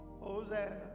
Hosanna